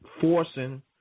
forcing